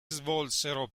svolsero